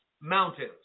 mountains